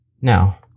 now